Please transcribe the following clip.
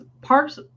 Parks